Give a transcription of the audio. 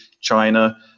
china